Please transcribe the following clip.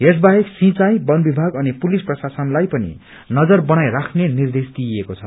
यस बाहेक सिंचाई बन विभाग अनि पुनिलस प्रशासन लाई पनि नजर बनाइराख्ने निर्देश दिइएको छ